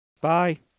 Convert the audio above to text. Bye